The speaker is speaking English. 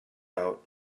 out